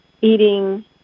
eating